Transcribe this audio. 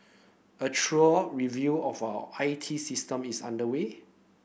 a thorough review of our I T system is underway